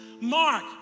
Mark